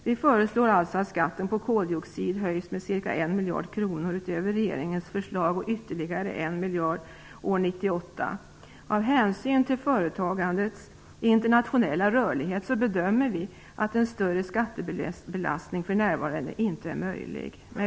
Vi föreslår alltså att skatten på koldioxid höjs med ca 1 miljard kronor utöver regeringens förslag och med ytterligare 1 miljard år 1998. Med hänsyn till företagandets internationella rörlighet bedömer vi att en större skattebelastning för närvarande inte är möjlig.